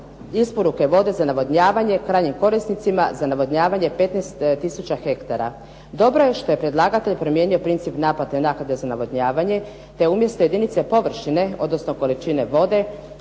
isporuke vode za navodnjavanje krajnjim korisnicima za navodnjavanje 15 tisuća hektara. Dobro je što je predlagatelj promijenio princip naplate naknade za navodnjavanje, te je umjesto jedinice površine, odnosno količine vode